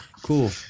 cool